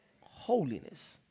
holiness